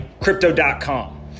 Crypto.com